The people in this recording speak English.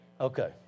Okay